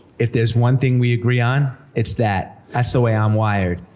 if there's one thing we agree on, it's that that's the way i'm wired.